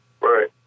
Right